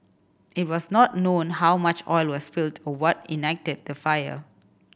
it was not known how much oil was spilled or what ignited the fire